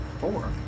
Four